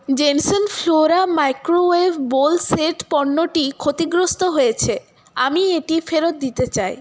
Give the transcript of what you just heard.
জেমসেন Flora microwave bowl set পণ্যটি ক্ষতিগ্রস্থ হয়েছে আমি এটি ফেরত দিতে চাই